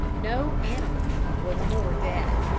no animal was more dead.